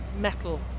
metal